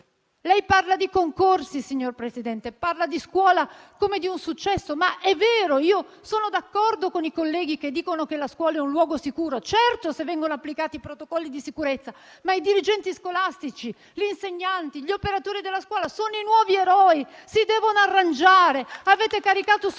Lei parla di concorsi, signor Presidente, e di scuola come di un successo. È vero, sono d'accordo con i colleghi che dicono che la scuola è un luogo sicuro. Certo, è così se vengono applicati i protocolli di sicurezza. Ma i dirigenti scolastici, gli insegnanti e gli operatori della scuola sono i nuovi eroi e si devono arrangiare. Avete caricato sulle